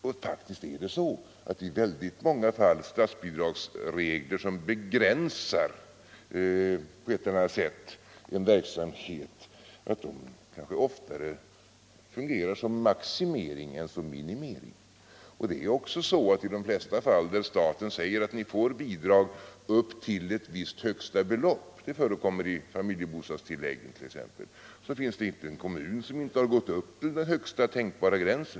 Statsbidragsregler, som på ett eller annat sätt begränsar en verksamhet, fungerar oftare såsom maximering än som minimering. I de flesta fall där staten säger att kommunerna får statsbidrag upp till ett visst högsta belopp — t.ex. i fråga om familjebostadstillägg — finns det inte en kommun som inte har nått upp till högsta tänkbara gräns.